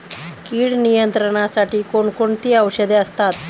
कीड नियंत्रणासाठी कोण कोणती औषधे असतात?